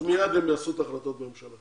מייד הם יעשו את ההחלטות בממשלה.